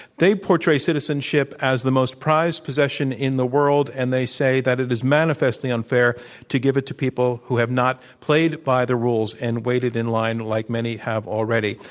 they portray citizenship as the prized possession in the world, and they say that it is manifestly unfair to give it to people who have not played by the rules and waited in line like many have already.